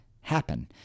happen